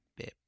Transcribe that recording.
Bip